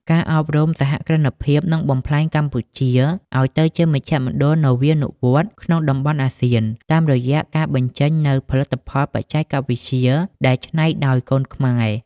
ការអប់រំសហគ្រិនភាពនឹងបំប្លែងកម្ពុជាឱ្យទៅជា "មជ្ឈមណ្ឌលនវានុវត្តន៍" ក្នុងតំបន់អាស៊ាន តាមរយៈការបញ្ចេញនូវផលិតផលបច្ចេកវិទ្យាដែលច្នៃដោយកូនខ្មែរ។